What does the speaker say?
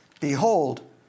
Behold